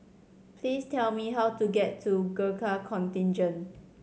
please tell me how to get to Gurkha Contingent